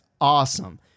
awesome